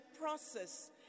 process